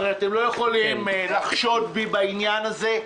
הרי אתם לא יכולים לחשוד בי בעניין הזה.